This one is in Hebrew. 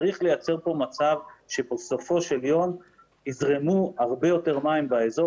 צריך לייצר כאן מצב שבסופו של יום יזרמו הרבה יותר מים באזור